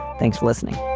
thanks for listening